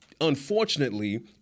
unfortunately—